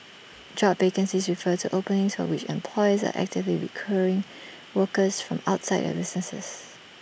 job vacancies refer to openings for which employers are actively workers from outside their businesses